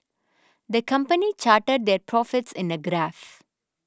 the company charted their profits in a graph